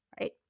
right